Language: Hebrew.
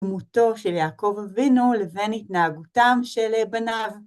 דמותו של יעקב אבינו לבין התנהגותם של בניו.